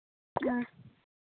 ஆ